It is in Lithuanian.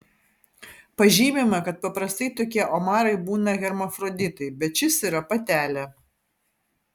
pažymima kad paprastai tokie omarai būna hermafroditai bet šis yra patelė